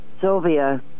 Sylvia